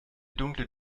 dunkle